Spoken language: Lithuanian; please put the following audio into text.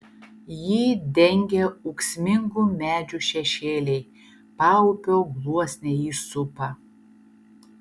jį dengia ūksmingų medžių šešėliai paupio gluosniai jį supa